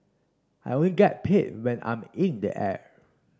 I only get paid when I'm in the air